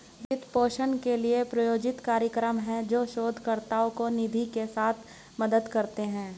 वित्त पोषण के लिए, प्रायोजित कार्यक्रम हैं, जो शोधकर्ताओं को निधि के साथ मदद करते हैं